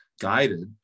guided